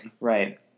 Right